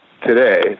today